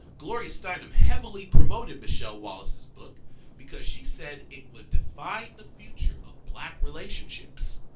gloria steinem heavily promoted michele wallace's book because she said it would define the future of black relationships.